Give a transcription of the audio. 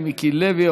3801,